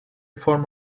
form